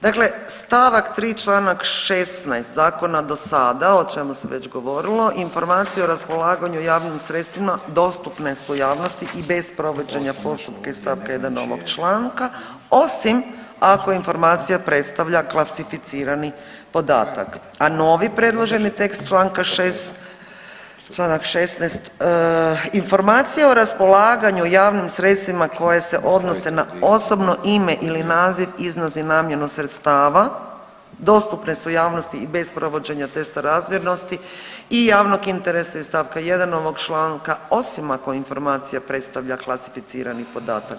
Dakle st. 3 čl. 16 Zakona do sada, o čemu se već govorilo, informacije o raspolaganju javnim sredstvima dostupne su javnosti i bez provođenja postupka iz st. 1 ovog članka osim ako informacija predstavlja klasificirani podatak, a novi predloženi tekst čl. 6, sada 16, informacija o raspolaganju javnim sredstvima koja se odnose na osobno ime ili naziv, iznos i namjenu sredstava, dostupne su javnosti i bez provođenja testa razmjernosti i javnog interesa iz st. 1 ovog članka osim ako informacija predstavlja klasificirani podatak.